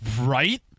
Right